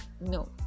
No